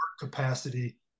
capacity